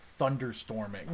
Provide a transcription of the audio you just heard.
thunderstorming